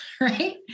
Right